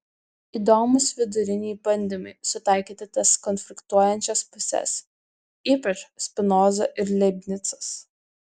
įdomūs viduriniai bandymai sutaikyti tas konfliktuojančias puses ypač spinoza ir leibnicas